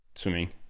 swimming